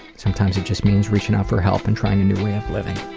sometimes it just means reaching out for help and trying a new way of living.